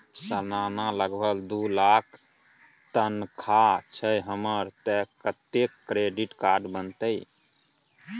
सलाना लगभग दू लाख तनख्वाह छै हमर त कत्ते तक के क्रेडिट कार्ड बनतै?